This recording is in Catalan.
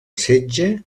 setge